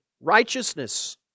righteousness